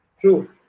True